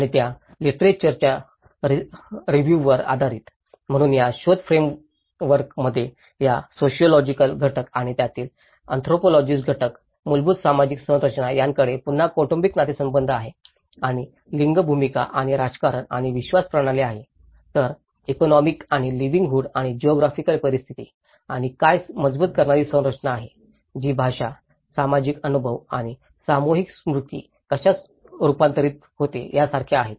आणि त्या लिटरेचर च्या रिव्हिववर आधारित म्हणून या शोध फ्रेमवर्कीत या सोशिओलॉजिकल घटक आणि त्यातील इंट्रोपॉलॉजीस्ट घटक मूलभूत सामाजिक संरचना ज्याकडे पुन्हा कौटुंबिक नातेसंबंध आहेत आणि लिंग भूमिका आणि राजकारण आणि विश्वास प्रणाली आहे तर इकॉनॉमिक आणि लिविंगहूड आणि जिऑग्राफिकल परिस्थिती आणि काय मजबूत करणारी संरचना आहे जी भाषा सामायिक अनुभव आणि त्याचे सामूहिक स्मृती कशा रूपांतरित होते यासारख्या आहेत